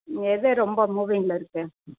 எது ரொம்ப மூவிங்கில் இருக்கு